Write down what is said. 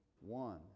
one